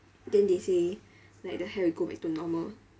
then they say like the hair will go back to normal